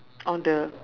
on the